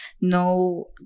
no